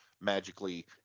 Magically